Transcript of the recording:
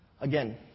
Again